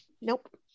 Nope